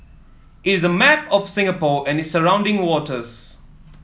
it is a map of Singapore and its surrounding waters